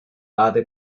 other